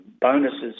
bonuses